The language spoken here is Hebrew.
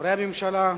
חברי הממשלה,